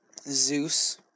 Zeus